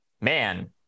man